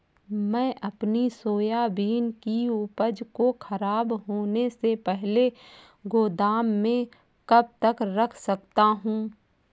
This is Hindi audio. मैं अपनी सोयाबीन की उपज को ख़राब होने से पहले गोदाम में कब तक रख सकता हूँ?